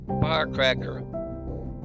firecracker